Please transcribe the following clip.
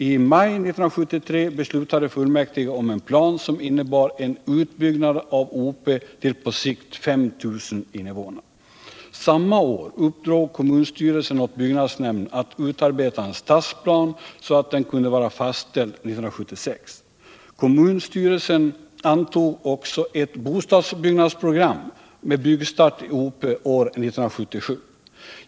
I maj 1973 beslutade fullmäktige om en plan som innebar en utbyggnad av Ope till på sikt 5000 invånare. Samma år uppdrog kommunstyrelsen åt byggnadsnämnden att utarbeta en stadsplan så att den kunde vara fastställd 1976. Kommunstyrelsen antog också ett bostadsbyggnadsprogram med byggstart i Ope år 1977.